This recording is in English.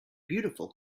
beautiful